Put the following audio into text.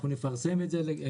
אנחנו נפרסם את זה לארגונים.